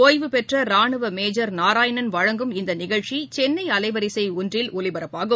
ஒய்வுபெற்ற ராணுவ மேஜர் நாராயணன் வழங்கும் இந்த நிகழ்ச்சி சென்னை அலைவரிசை ஒன்றில் ஒலிபரப்பாகும்